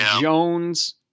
Jones